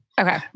Okay